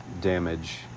damage